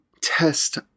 test